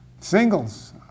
Singles